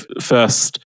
first